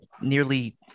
nearly